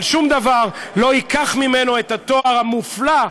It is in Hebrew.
אבל שום דבר לא ייקח ממנו את התואר המופלא,